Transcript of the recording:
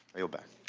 yield back.